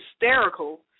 hysterical